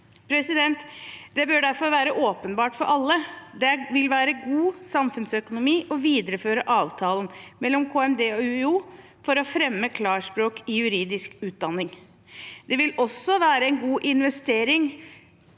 utdanning Det bør derfor være åpenbart for alle at det vil være god samfunnsøkonomi å videreføre avtalen mellom KMD og UiO for å fremme klarspråk i juridisk utdanning. Det vil også være en god investering